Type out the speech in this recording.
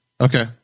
okay